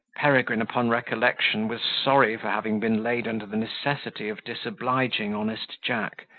peregrine, upon recollection, was sorry for having been laid under the necessity of disobliging honest jack,